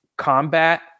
combat